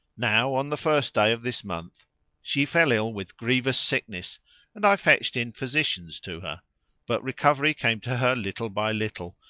now on the first day of this month she fell ill with grievous sickness and i fetched in physicians to her but recovery came to her little by little.